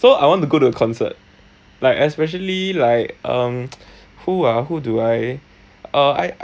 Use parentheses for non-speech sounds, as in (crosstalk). so I want to go to a concert like especially like um (noise) who ah who do I uh I